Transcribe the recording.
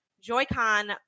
Joy-Con